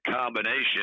combination